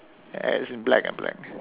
as in black ah black